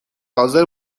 حاضر